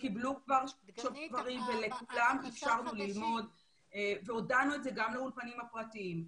שקיבלו כבר ולכולם אפשרנו ללמוד והודענו את זה גם לאולפנים הפרטיים.